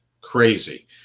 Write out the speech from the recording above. crazy